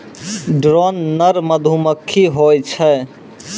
drone नर मधुमक्खी होय छै